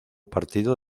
partido